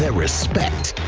ah respect